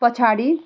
पछाडि